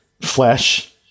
Flesh